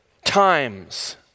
Times